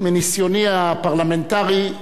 מניסיוני הפרלמנטרי,